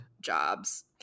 jobs